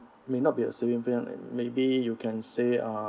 may not be a saving plan maybe you can say uh